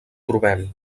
trobem